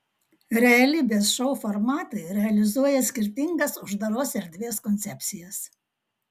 realybės šou formatai realizuoja skirtingas uždaros erdvės koncepcijas